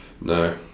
No